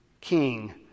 king